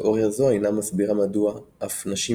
תאוריה זו אינה מסבירה מדוע אף נשים